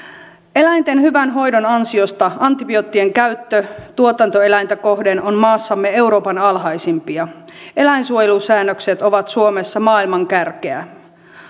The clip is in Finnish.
eläinten hyvän hoidon ansiosta antibioottien käyttö tuotantoeläintä kohden on maassamme euroopan alhaisimpia eläinsuojelusäännökset ovat suomessa maailman kärkeä